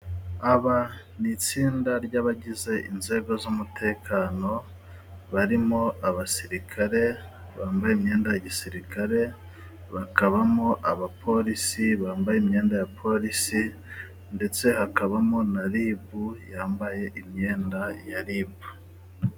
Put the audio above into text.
Aba ni itsinda ry'abagize inzego z'umutekano barimo abasirikare bambaye imyenda ya gisirikare, bakabamo abapolisi bambaye imyenda ya polisi, ndetse hakabamo na ribu yambaye imyenda ya ribu.